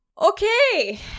Okay